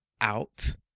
out